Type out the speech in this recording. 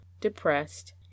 depressed